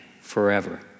forever